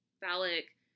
phallic